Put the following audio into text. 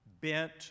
bent